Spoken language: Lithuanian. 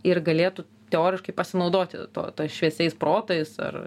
ir galėtų teoriškai pasinaudoti tuo šviesiais protais ar